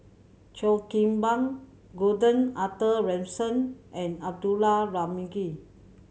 Cheo Kim Ban Gordon Arthur Ransome and Abdullah Tarmugi